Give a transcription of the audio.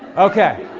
okay,